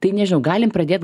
tai nežinau galim pradėt